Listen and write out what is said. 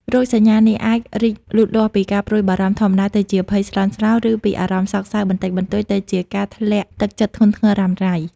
រោគសញ្ញានេះអាចរីកលូតលាស់ពីការព្រួយបារម្ភធម្មតា ទៅជាការភ័យស្លន់ស្លោ ឬពីអារម្មណ៍សោកសៅបន្តិចបន្តួច ទៅជាការធ្លាក់ទឹកចិត្តធ្ងន់ធ្ងររ៉ាំរ៉ៃ។